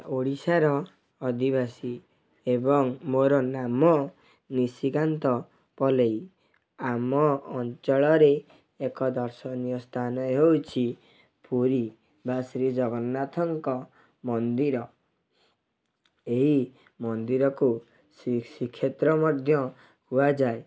ଓଡ଼ିଶାର ଅଧିବାସୀ ଏବଂ ମୋର ନାମ ନିଶିକାନ୍ତ ପଲେଇ ଆମ ଅଞ୍ଚଳରେ ଏକ ଦର୍ଶନୀୟ ସ୍ଥାନ ହେଉଛି ପୁରୀ ବା ଶ୍ରୀ ଜଗନ୍ନାଥଙ୍କ ମନ୍ଦିର ଏଇ ମନ୍ଦିରକୁ ଶ୍ରୀ ଶ୍ରୀକ୍ଷେତ୍ର ମଧ୍ୟ କୁହାଯାଏ